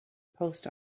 post